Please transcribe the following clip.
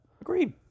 Agreed